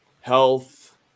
health